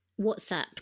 WhatsApp